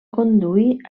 conduir